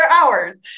hours